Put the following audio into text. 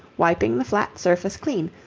wiping the flat surface clean,